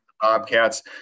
Bobcats